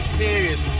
serious